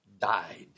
died